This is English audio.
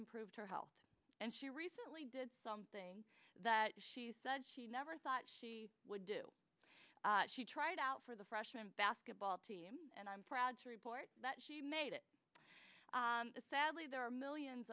improved her health and she recently did something that she said she never thought she would do she tried out for the freshman basketball team and i'm proud to report that she made it sadly there are millions